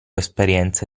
esperienza